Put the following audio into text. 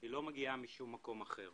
היא לא מגיעה משום מקום אחר.